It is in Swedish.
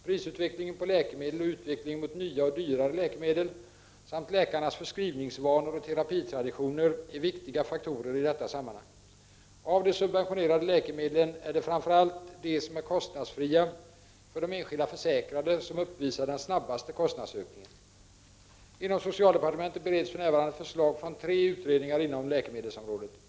Prisutvecklingen på läkemedel och utvecklingen mot nya och dyrare läkemedel samt läkarnas förskrivningsvanor och terapitraditioner är viktiga faktorer i detta sammanhang. Av de subventionerade läkemedlen är det framför allt de som är kostnadsfria för de enskilda försäkrade som uppvisar den snabbaste kostnadsökningen. Inom socialdepartementet bereds för närvarande förslag från tre utredningar inom läkemedelsområdet.